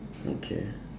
okay